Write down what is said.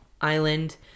island